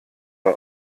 bei